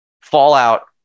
fallout